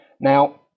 Now